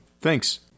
Thanks